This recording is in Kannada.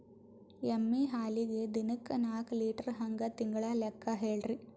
ಎಮ್ಮಿ ಹಾಲಿಗಿ ದಿನಕ್ಕ ನಾಕ ಲೀಟರ್ ಹಂಗ ತಿಂಗಳ ಲೆಕ್ಕ ಹೇಳ್ರಿ?